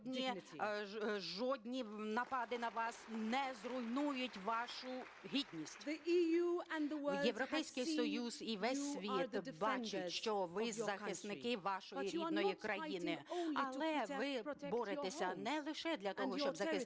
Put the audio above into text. жодні напади на вас не зруйнують вашу гідність. Європейський Союз і весь світ бачать, що ви захисники вашої рідної країни, але ви боретеся не лише для того, щоб захистити ваші домівки